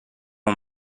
ont